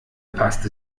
passt